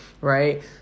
right